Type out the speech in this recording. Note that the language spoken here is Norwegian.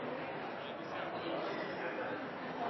president,